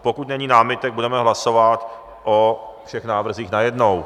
Pokud není námitek, budeme hlasovat o všech návrzích najednou.